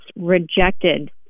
rejected